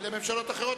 לממשלות אחרות,